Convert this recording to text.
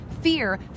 fear